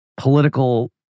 political